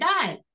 die